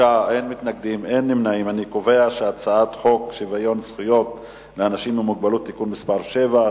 חוק שוויון זכויות לאנשים עם מוגבלות (תיקון מס' 7),